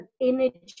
energy